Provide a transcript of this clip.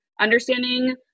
understanding